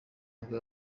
nibwo